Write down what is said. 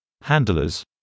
handlers